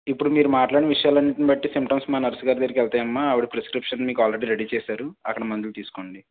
ఇప్పుడు మీరు మాట్లాడిన విషయాలన్నింటిని బట్టి సింప్టమ్స్ మా నర్సు గారి దగ్గరకు వెళ్తాయమ్మా ఆవిడ ప్రిస్క్రిప్షన్ మీకు ఆల్రెడీ రెడీ చేసారు అక్కడ మందులు తీసుకోండి